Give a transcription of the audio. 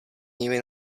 nimi